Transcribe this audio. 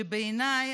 ובעיניי,